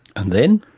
and then?